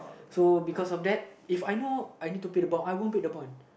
so because of that If I know I need to pay the bond I won't pay the bond